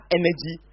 energy